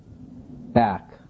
back